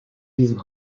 diesem